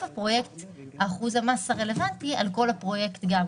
הפרויקט אחוז המס הרלבנטי יהיה על כל הפרויקט גם,